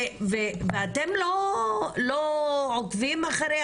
ואתם לא עוקבים אחרי?